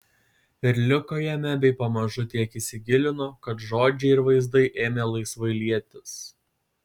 ir liko jame bei pamažu tiek įsigilino kad žodžiai ir vaizdai ėmė laisvai lietis